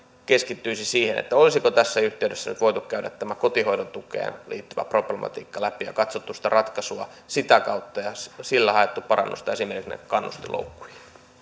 keskittyisi siihen olisiko tässä yhteydessä voitu käydä tämä kotihoidon tukeen liittyvä problematiikka läpi ja katsoa ratkaisua sitä kautta ja sillä hakea parannusta esimerkiksi näihin kannustinloukkuihin